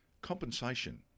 compensation